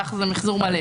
שזה מחזור מלא.